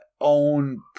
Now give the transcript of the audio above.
own